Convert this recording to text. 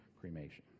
cremation